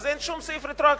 אין שום סעיף רטרואקטיבי.